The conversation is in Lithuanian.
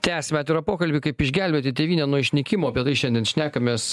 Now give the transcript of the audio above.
tęsiame atvirą pokalbį kaip išgelbėti tėvynę nuo išnykimo apie tai šiandien šnekamės